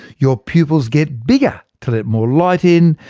your pupils get bigger to let more light in,